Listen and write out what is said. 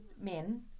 Men